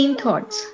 thoughts